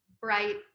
bright